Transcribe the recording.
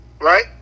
Right